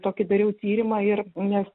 tokį dariau tyrimą ir nes